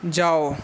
जाउ